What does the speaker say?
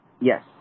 Yes